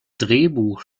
drehbuch